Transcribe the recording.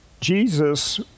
Jesus